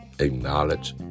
acknowledge